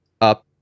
up